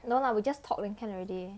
no lah we just talk then can already